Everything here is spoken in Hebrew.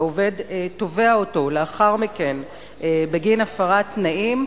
והעובד תובע אותו לאחר מכן בגין הפרת תנאים,